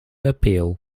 appeal